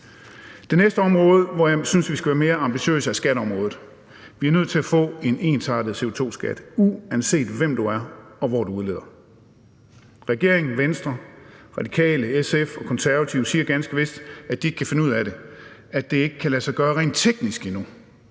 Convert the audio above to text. Det næste område, hvor jeg synes vi skal være mere ambitiøse, er skatteområdet. Vi er nødt til at få en ensartet CO2-skat, uanset hvem du er og hvor du udleder. Regeringen, Venstre, Radikale, SF og Konservative siger ganske vist, at de ikke kan finde ud af det, at det ikke kan lade sig gøre rent teknisk endnu.